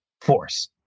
force